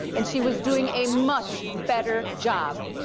and she was doing a much better job.